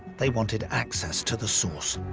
they wanted access to the source.